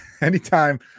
anytime